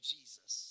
Jesus